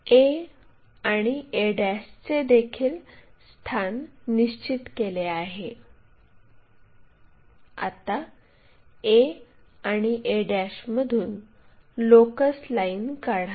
तर a आणि a चेदेखील स्थान निश्चित केले आहे आता a आणि a मधून लोकस लाईन काढा